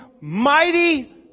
Mighty